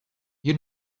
you